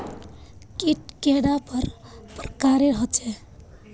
कीट कैडा पर प्रकारेर होचे?